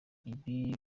ibi